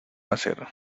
hacer